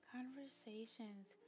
Conversations